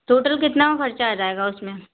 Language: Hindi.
टोटल कितना ख़र्चा आ जाएगा उसमें